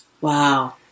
Wow